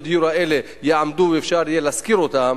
הדיור האלה יעמדו ואפשר יהיה להשכיר אותן.